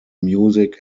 music